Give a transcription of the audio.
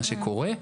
מה שקורה.